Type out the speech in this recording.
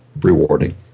rewarding